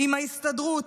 עם ההסתדרות,